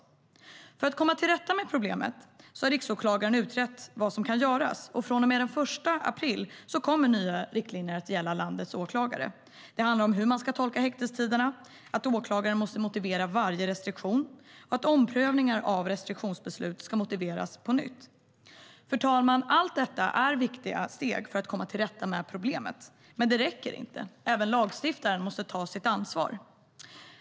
För att komma till rätta med problemet har riksåklagaren utrett vad som kan göras, och från och med den 1 april kommer nya riktlinjer att gälla landets åklagare. Det handlar om hur man ska tolka häktestiderna, att åklagaren måste motivera varje restriktion och att omprövningar av restriktionsbeslut ska motiveras på nytt. Fru talman! Allt detta är viktiga steg för att komma till rätta med problemet, men det räcker inte. Även lagstiftaren måste ta sitt ansvar.